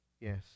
Yes